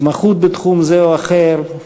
התמחות בתחום כזה או אחר,